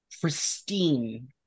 pristine